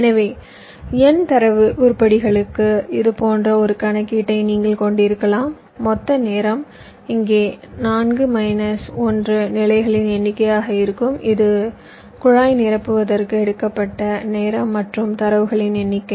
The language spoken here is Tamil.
எனவே n தரவு உருப்படிகளுக்கு இது போன்ற ஒரு கணக்கீட்டை நீங்கள் கொண்டிருக்கலாம் மொத்த நேரம் இங்கே 4 மைனஸ் 1 நிலைகளின் எண்ணிக்கையாக இருக்கும் இது குழாய் நிரப்புவதற்கு எடுக்கப்பட்ட நேரம் மற்றும் தரவுகளின் எண்ணிக்கை